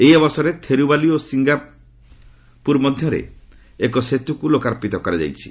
ଏହି ଅବସରରେ ଥେରୁବାଲି ଓ ସିଙ୍ଗପୁର ମଧ୍ୟରେ ଏକ ସେତୁକୁ ଲୋକାର୍ପିତ କରାଯାଇଛି